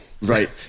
Right